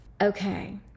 Okay